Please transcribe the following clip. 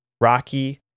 Rocky